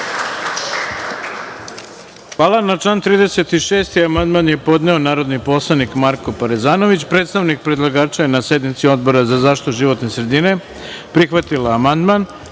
Hvala vam. Na član 36. amandman je podneo narodni poslanik Marko Parezanović. Predstavnik predlagača je na sednici Odbora za zaštitu životne sredine prihvatila amandman. Odbor